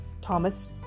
Thomas